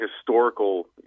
historical